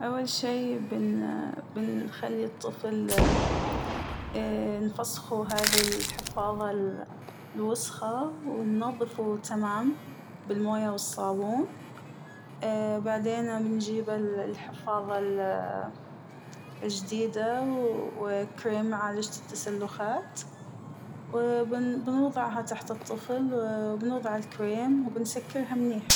أول شى بن - بنخلى الطفل بنفسخه هذى الحفاضة الوسخة ونظفه تمام بالموية والصابون ااا ، وبعدين بنجيب الحفاظة ال- الجديدة وكريم معالجة التسلخات ، وبنضها تحت الطفل وبنضع الكريم وبنسكرها منيح.